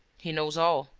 he knows all.